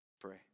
Pray